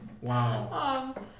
Wow